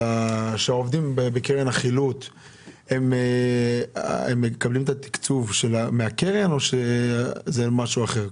העובדים בקרן החילוט מקבלים את התקצוב מהקרן או שזה משהו אחר?